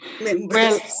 members